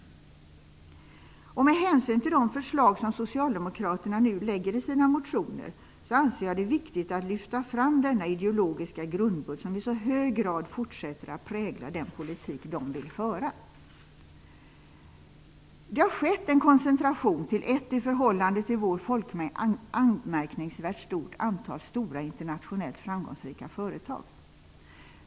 Med hänsyn till de förslag som Socialdemokraterna nu lägger fram i sina motioner, anser jag det viktigt att lyfta fram denna ideologiska grundbult, som i så hög grad fortsätter att prägla den politik de vill föra. Det har skett en koncentration till ett i förhållande till vår folkmängd anmärkningsvärt stort antal stora, internationellt framgångsrika företag.